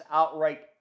outright